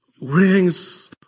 rings